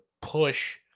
push